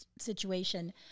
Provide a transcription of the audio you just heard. situation